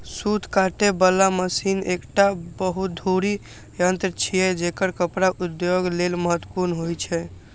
सूत काटे बला मशीन एकटा बहुधुरी यंत्र छियै, जेकर कपड़ा उद्योग लेल महत्वपूर्ण होइ छै